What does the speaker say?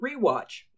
rewatch